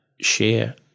share